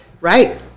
right